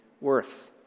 worth